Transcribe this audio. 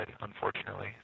unfortunately